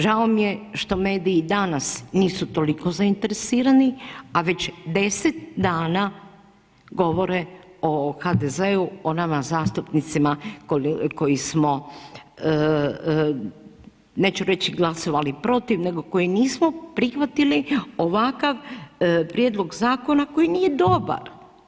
Žao mi je što mediji danas nisu toliko zainteresirani a već 10 dana govore o HDZ-u, ona ma zastupnicima koji smo, neću reći glasovali protiv, nego koji nismo prihvatili ovakav prijedlog zakona koji nije dobar.